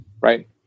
right